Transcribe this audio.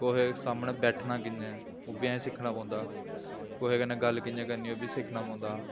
कुसै सामनै बैठना कियां ऐ ओह् बी असें सिक्खना पौंदा कुसै कन्नै गल्ल कि'यां करनी ओह् बी सिक्खना पौंदा